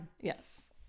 Yes